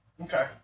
Okay